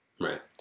Right